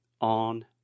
on